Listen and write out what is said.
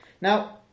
Now